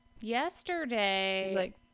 Yesterday